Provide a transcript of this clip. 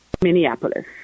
Minneapolis